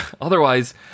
Otherwise